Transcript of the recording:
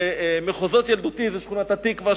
מחוזות ילדותי הם שכונת התקווה,